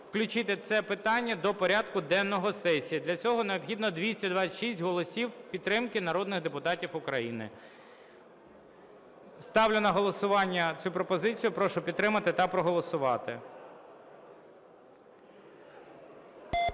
включити це питання до порядку денного сесії. Для цього необхідно 226 голосів підтримки народних депутатів України. Ставлю на голосування цю пропозицію. Прошу підтримати та проголосувати.